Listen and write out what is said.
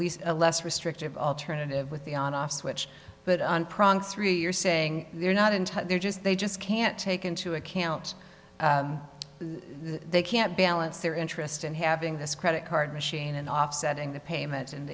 israelis a less restrictive alternative with the on off switch but on pronk three you're saying they're not in touch they're just they just can't take into account they can't balance their interest in having this credit card machine and offsetting the payments and